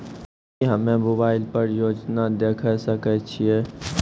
की हम्मे मोबाइल पर योजना देखय सकय छियै?